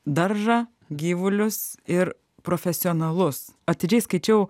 daržą gyvulius ir profesionalus atidžiai skaičiau